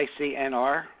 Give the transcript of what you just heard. ICNR